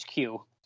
HQ